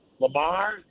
Lamar